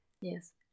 Yes